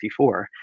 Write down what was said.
1954